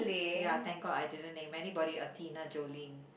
ya thank god I didn't name anybody Athena Jolene